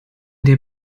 der